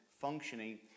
functioning